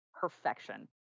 Perfection